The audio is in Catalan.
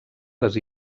les